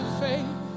faith